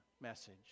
message